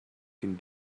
can